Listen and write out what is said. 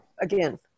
Again